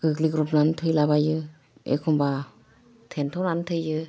गोग्लै ग्रबनानै थैलाबायो एखम्बा थेनथ'नानै थैयो